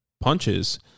punches